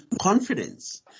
confidence